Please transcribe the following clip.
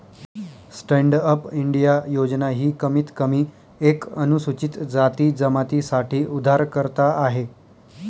stand up India योजना ही कमीत कमी एक अनुसूचित जाती जमाती साठी उधारकर्ता आहे